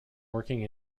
working